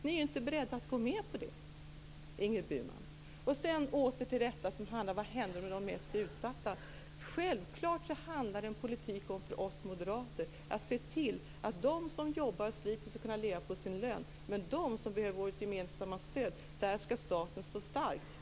Ni är inte beredda att gå med på det, Ingrid Burman. Så går jag åter till frågan om vad som händer med de mest utsatta. Självklart innebär politik för oss moderater att vi skall se till att de som jobbar och sliter skall kunna leva på sin lön, men staten skall stå stark för dem som behöver vårt gemensamma stöd.